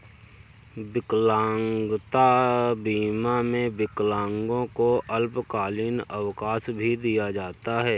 विकलांगता बीमा में विकलांगों को अल्पकालिक अवकाश भी दिया जाता है